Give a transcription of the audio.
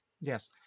Yes